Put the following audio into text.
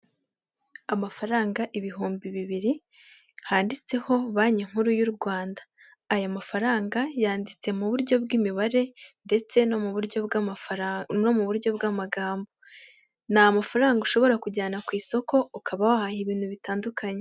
Amafaranga ibihumbi bibiri, handitseho banki nkuru y'u Rwanda. Aya mafaranga yanditse mu buryo bw'imibare ndetse no mu buryo bw'amagambo. Ni amafaranga ushobora kujyana ku isoko ukaba wahaha ibintu bitandukanye.